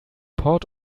port